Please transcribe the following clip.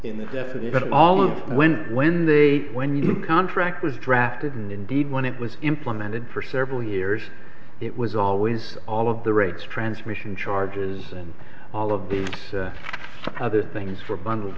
in the definition of all of when when the when you contract was drafted and indeed when it was implemented for several years it was always all of the rates transmission charges and all of these other things for bundled